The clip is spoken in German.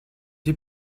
die